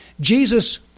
Jesus